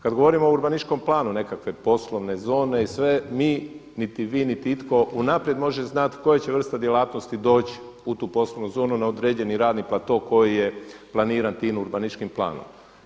Kad govorimo o urbanističkom planu nekakve poslovne zone mi, niti vi niti itko unaprijed može znati koja će vrsta djelatnosti doći u tu poslovnu zonu na određeni radni plato koji je planiran tim urbanističkim planom.